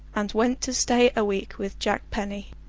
and went to stay a week with jack penny.